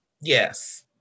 Yes